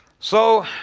so.